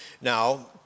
now